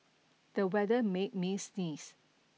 the weather made me sneeze